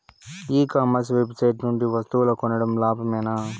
ఈ commerce website నుండి వస్తువులు కొనడం లాభమేనా?